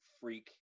freak